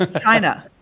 China